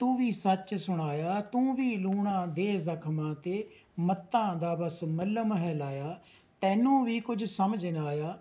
ਤੂੰ ਵੀ ਸੱਚ ਸੁਣਾਇਆ ਤੂੰ ਵੀ ਲੂਣਾ ਦੇ ਜ਼ਖ਼ਮਾਂ 'ਤੇ ਮੱਤਾਂ ਦਾ ਬਸ ਮੱਲਮ ਹੈ ਲਾਇਆ ਤੈਨੂੰ ਵੀ ਕੁੱਝ ਸਮਝ ਨਾ ਆਇਆ